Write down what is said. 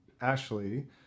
Ashley